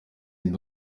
ndi